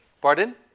Pardon